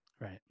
Right